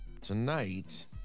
Tonight